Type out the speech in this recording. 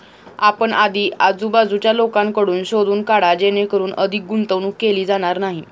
आपण आधी आजूबाजूच्या लोकांकडून शोधून काढा जेणेकरून अधिक गुंतवणूक केली जाणार नाही